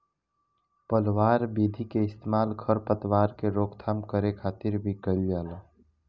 पलवार विधि के इस्तेमाल खर पतवार के रोकथाम करे खातिर भी कइल जाला